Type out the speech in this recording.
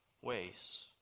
ways